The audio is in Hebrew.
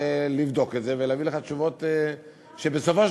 לבדוק את זה ולהביא לך תשובות שבסופו של